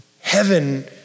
Heaven